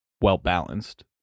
well-balanced